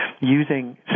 using